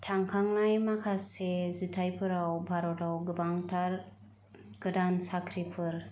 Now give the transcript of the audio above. थांखांनाय माखासे जिथाइफोराव भारताव गोबांथार गोदान साख्रिफोर